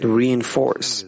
reinforce